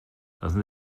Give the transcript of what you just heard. lassen